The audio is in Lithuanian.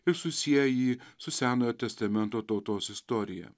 ir susieja jį su senojo testamento tautos istorija